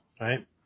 Right